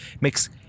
makes